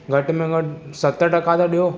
घटि में घटि सत टका त ॾियो